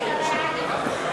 בשמות חברי הכנסת)